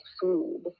food